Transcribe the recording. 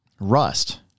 rust